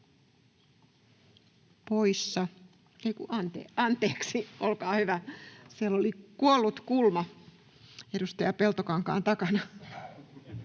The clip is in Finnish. Anteeksi, olkaa hyvä. Siellä oli kuollut kulma edustaja Peltokankaan takana.